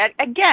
again